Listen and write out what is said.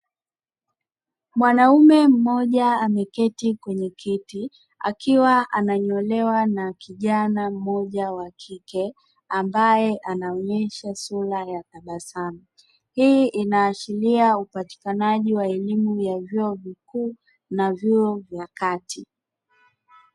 Mwanaume mmoja ameketi kwenye kiti akiwa ananyolewa na kijana mmoja wa kike ambaye anaonyesha sura ya tabasamu, hii inaashiria upatikanaji wa elimu ya vyuo vikuu na vyuo vya kati.